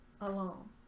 Alone